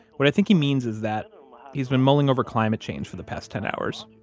what i think he means is that he's been mulling over climate change for the past ten hours.